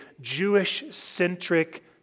Jewish-centric